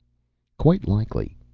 quite likely,